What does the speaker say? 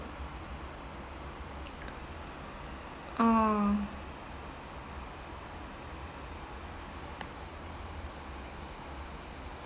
orh